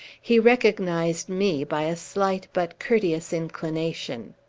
he recognized me by a slight but courteous inclination.